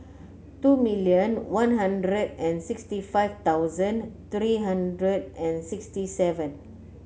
two million One Hundred and sixty five thousand three hundred and sixty seven